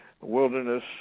wilderness